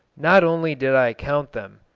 not only did i count them,